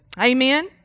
Amen